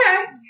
Okay